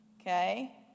Okay